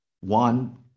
one